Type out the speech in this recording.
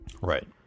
Right